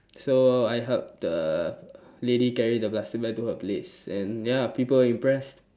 so I helped uh lady carry the plastic bag to her place and ya people are impressed